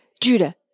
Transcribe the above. Judah